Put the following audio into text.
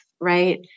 Right